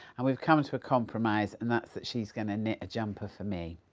and we've come to a compromise and that's that she's going to knit a jumper for me!